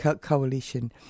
Coalition